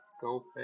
Go